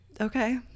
Okay